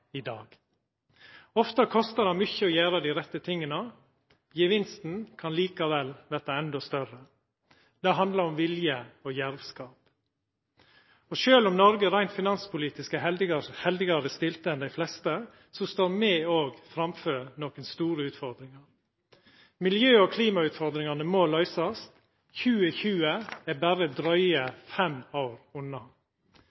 dag. Ofte kostar det mykje å gjera dei rette tinga. Gevinsten kan likevel verta enda større. Det handlar om vilje og djervskap. Og sjølv om Noreg reint finanspolitisk er heldigare stilt enn dei fleste, står me òg framfor nokre store utfordringar. Miljø- og klimautfordringane må løysast. 2020 er berre